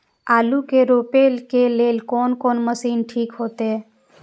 आलू के रोपे के लेल कोन कोन मशीन ठीक होते?